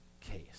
case